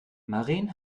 maren